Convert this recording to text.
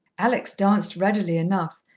alex danced readily enough,